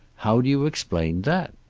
how do you explain that?